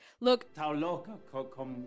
Look